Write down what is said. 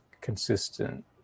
consistent